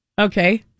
Okay